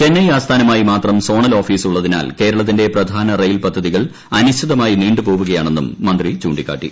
ചെന്നൈ ആസ്ഥാനമായി മാത്രം zonal office ഉള്ളതിനാൽ കേരളത്തിന്റെ പ്രധാന റയിൽ പദ്ധതികൾ അനിശ്ചിതമായി നീണ്ടുപോകുകയാണെന്നും മന്ത്രി ചൂണ്ടിക്കാട്ടി